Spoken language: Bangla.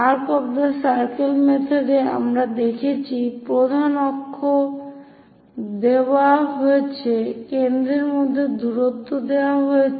arc of the circle method এ আমরা দেখেছি প্রধান অক্ষ দেওয়া হয়েছে কেন্দ্রের মধ্যে দূরত্ব দেওয়া হয়েছে